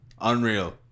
Unreal